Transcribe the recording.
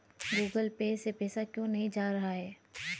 Google pay से पैसा क्यों नहीं जा रहा है?